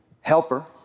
helper